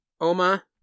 oma